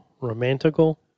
romantical